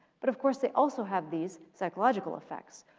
but of course, they also have these psychological effects,